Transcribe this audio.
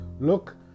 Look